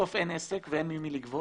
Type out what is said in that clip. ובסוף אין עסק ואין ממי לגבות,